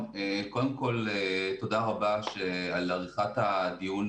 תודה רבה על קיום הדיון